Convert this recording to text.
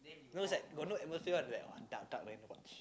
no it's like got no atmosphere one like dark dark then